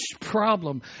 problem